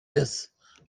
ist